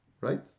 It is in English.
right